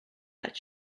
that